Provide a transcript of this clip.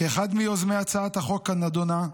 כאחד מיוזמי הצעת החוק הנדונה,